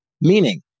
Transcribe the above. meaning